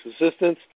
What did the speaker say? Assistance